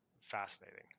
fascinating